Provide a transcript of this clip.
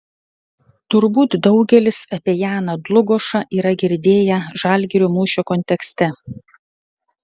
turbūt daugelis apie janą dlugošą yra girdėję žalgirio mūšio kontekste